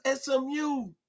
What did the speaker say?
SMU